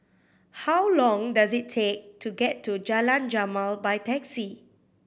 how long does it take to get to Jalan Jamal by taxi